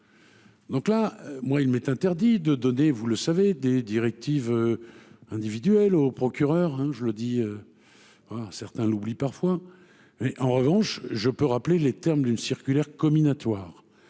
donc là, moi il m'est interdit de donner, vous le savez, des directives individuelles au procureur, hein, je le dis à certains l'oublient parfois et, en revanche, je peux rappeler les termes d'une circulaire comminatoire,